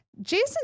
Jason